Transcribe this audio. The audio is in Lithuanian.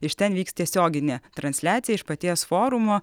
iš ten vyks tiesioginė transliacija iš paties forumo